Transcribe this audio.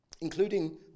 including